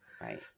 right